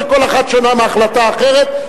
שכל אחת שונה מההחלטה האחרת,